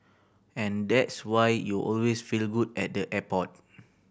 and that's why you always feel good at the airport